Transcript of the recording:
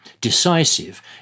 decisive